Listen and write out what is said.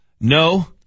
No